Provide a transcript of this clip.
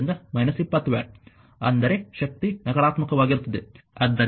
ಆದ್ದರಿಂದ −20 ವ್ಯಾಟ್ ಅಂದರೆ ಶಕ್ತಿ ನಕಾರಾತ್ಮಕವಾಗಿರುತ್ತದೆ